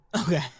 Okay